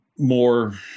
More